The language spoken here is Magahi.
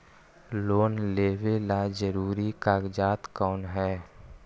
लोन लेब ला जरूरी कागजात कोन है?